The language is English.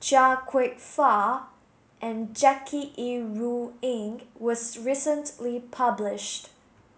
Chia Kwek Fah and Jackie Yi Ru Ying was recently published